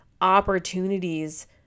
opportunities